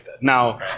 Now